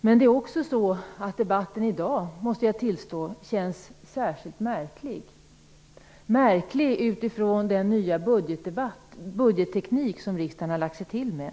Jag måste tillstå att debatten i dag känns särskilt märklig, utifrån den nya budgetteknik som riksdagen har lagt sig till med.